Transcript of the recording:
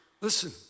Listen